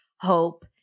hope